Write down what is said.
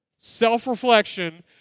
self-reflection